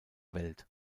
welt